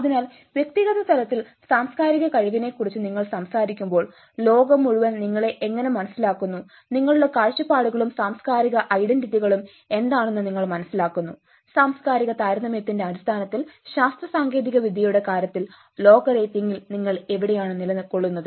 അതിനാൽ വ്യക്തിഗത തലത്തിൽ സാംസ്കാരിക കഴിവിനെക്കുറിച്ച് നിങ്ങൾ സംസാരിക്കുമ്പോൾ ലോകം മുഴുവൻ നിങ്ങളെ എങ്ങനെ മനസ്സിലാക്കുന്നു നിങ്ങളുടെ കാഴ്ചപ്പാടുകളും സാംസ്കാരിക ഐഡന്റിറ്റികളും എന്താണെന്ന് നിങ്ങൾ മനസ്സിലാക്കുന്നു സാംസ്കാരിക താരതമ്യത്തിന്റെ അടിസ്ഥാനത്തിൽ ശാസ്ത്ര സാങ്കേതികവിദ്യയുടെ കാര്യത്തിൽ ലോക റേറ്റിംഗിൽ നിങ്ങൾ എവിടെയാണ് നിലകൊള്ളുന്നത്